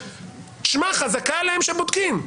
חזקה עליהם שהם בודקים.